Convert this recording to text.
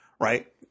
right